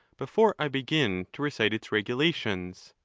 before i begin to recite its regulations.